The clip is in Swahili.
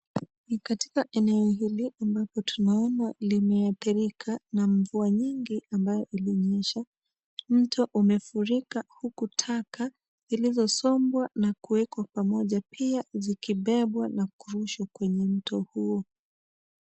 Ni katika eneo hili ambapo tunaona limeathirika na mvua nyingi ambayo ilinyesha, mto umefurika huku taka zilizosombwa ma kuwekwa pamoja pia zikibebwa na kurushwa kwenye mto huo.